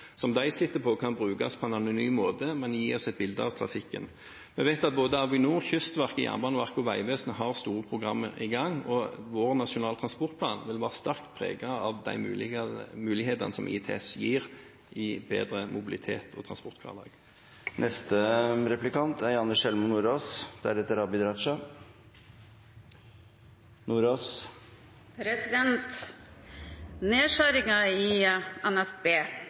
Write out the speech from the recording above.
som de sitter på, kan brukes på en anonym måte, men gi oss et bilde av trafikken. Vi vet at både Avinor, Kystverket, Jernbaneverket og Vegvesenet har store programmer i gang, og vår Nasjonal transportplan vil være sterkt preget av de mulighetene som ITS gir for bedre mobilitet og en bedre transporthverdag. Nedskjæringen i NSB, som vi har sett i det siste, og streiken blant lokomotivførerne viser hvilken virkelighet norsk jernbane er